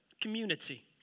community